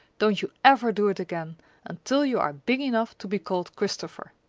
don't you ever do it again until you are big enough to be called christopher!